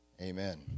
Amen